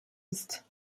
ist